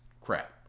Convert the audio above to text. crap